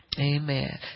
Amen